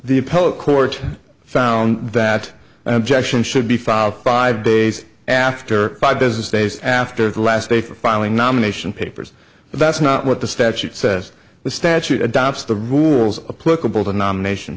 court found that objection should be filed five days after five business days after the last day for filing nomination papers that's not what the statute says the statute adopts the rules of political the nomination